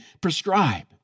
prescribe